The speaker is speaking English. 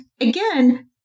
again